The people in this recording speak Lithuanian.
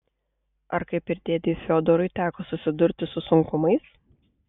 ar kaip ir dėdei fiodorui teko susidurti su sunkumais